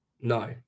no